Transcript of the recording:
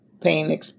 pain